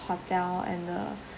hotel and the